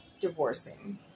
divorcing